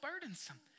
burdensome